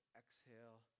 exhale